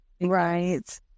right